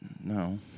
No